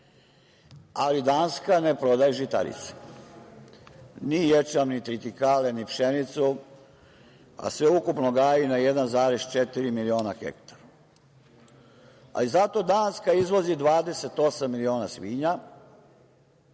Ali, Danska ne prodaje žitarice, ni ječam, ni tritikale, ni pšenicu, a sveukupno gaji na 1,4 miliona hektara. Ali, zato Danska izvozi 28 miliona svinja.